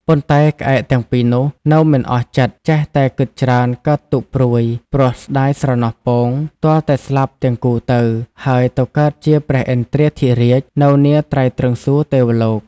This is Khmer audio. ប៉ុន្តែ ក្អែកទាំងពីរនោះ នៅមិនអស់ចិត្ត ចេះតែគិតច្រើនកើតទុក្ខព្រួយ ព្រោះស្តាយស្រណោះពង ទាល់តែស្លាប់ទាំងគូទៅ ហើយទៅកើតជាព្រះឥន្ទ្រាធិរាជ នៅនាត្រៃត្រិង្សសួគ៌ ទេវលោក ។